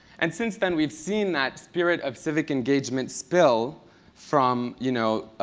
and since then, we've seen that spirit of civic engagement spill from, you know